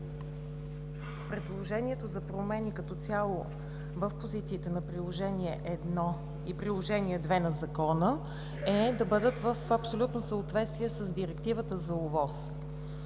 Предложението за промени като цяло в позициите на Приложение 1 и Приложение 2 на Закона е да бъдат в абсолютно съответствие с Директивата за ОВОС.